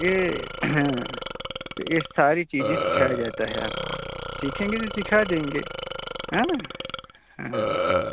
यह तो यह सारी चीज़ें सिखाई जाती है आपको सीखेंगे तो सीखा देंगे हाँ हाँ